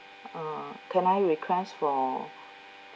uh can I request for